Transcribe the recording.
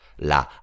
La